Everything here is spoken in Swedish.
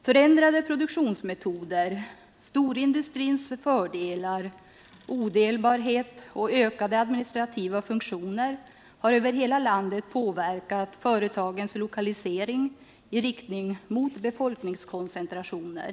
Förändrade produktionsmetoder, storindustrins fördelar, odelbarhet och ökade administrativa funktioner har över hela landet påverkat företagens lokalisering i riktning mot befolkningskoncentrationer.